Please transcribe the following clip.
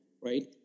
right